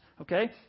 Okay